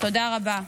תודה רבה.